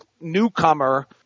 newcomer